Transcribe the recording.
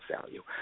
value